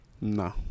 Nah